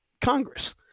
Congress